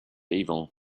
evil